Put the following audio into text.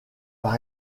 par